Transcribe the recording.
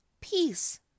peace